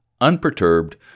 unperturbed